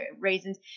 reasons